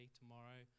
tomorrow